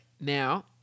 Now